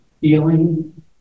feeling